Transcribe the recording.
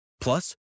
Plus